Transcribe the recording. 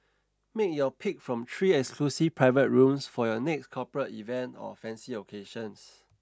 make your pick from three exclusive private rooms for your next corporate event or fancy occasions